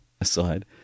aside